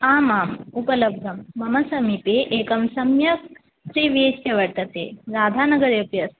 आम् आम् उपलब्धं मम समीपे एकं सम्यक् थ्री बि एच् के वर्तते राधानगरे अपि अस्ति